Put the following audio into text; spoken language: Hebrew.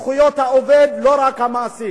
לא רק המעסיק.